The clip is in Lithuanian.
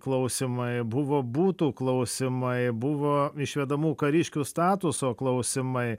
klausimai buvo butų klausimai buvo išvedamų kariškių statuso klausimai